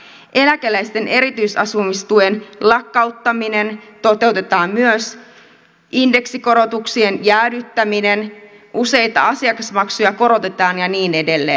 myös eläkeläisten erityisasumistuen lakkauttaminen toteutetaan indeksikorotukset jäädytetään useita asiakasmaksuja korotetaan ja niin edelleen